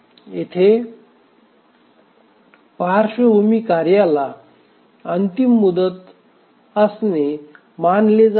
येथे पार्श्वभूमी कार्याला अंतिम मुदत असणे मानले जात नाही